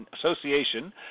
Association